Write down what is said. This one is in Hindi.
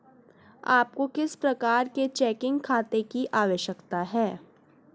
आपको किस प्रकार के चेकिंग खाते की आवश्यकता है?